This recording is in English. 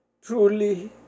Truly